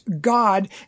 God